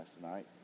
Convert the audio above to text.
tonight